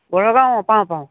বৰগাঁও অঁ পাওঁ পাওঁ